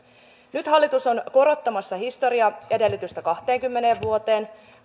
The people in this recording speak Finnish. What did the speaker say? nyt hallitus on korottamassa historiaedellytystä kahteenkymmeneen vuoteen